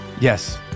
Yes